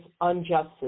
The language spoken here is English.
unjust